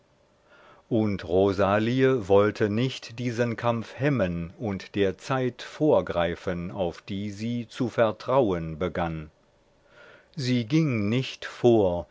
und rosalie wollte nicht diesen kampf hemmen und der zeit vorgreifen auf die sie zu vertrauen begann sie ging nicht vor